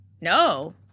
No